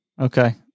Okay